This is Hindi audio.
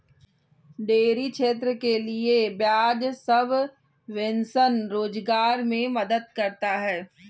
डेयरी क्षेत्र के लिये ब्याज सबवेंशन रोजगार मे मदद करता है